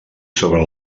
sobre